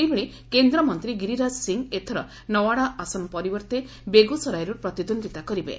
ସେହିଭଳି କେନ୍ଦ୍ରମନ୍ତ୍ରୀ ଗିରିରାଜ ସିଂ ଏଥର ନୱାଡ଼ା ଆସନ ପରିବର୍ତ୍ତେ ବେଗୁସରାଇରୁ ପ୍ରତିଦ୍ୱନ୍ଦିତା କରିବେ